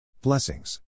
Blessings